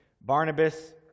Barnabas